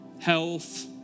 health